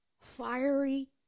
fiery